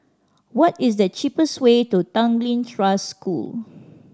what is the cheapest way to Tanglin Trust School